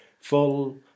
full